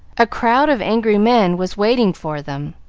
a crowd of angry men was waiting for them,